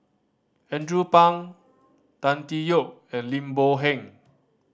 Andrew Phang Tan Tee Yoke and Lim Boon Heng